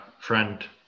friend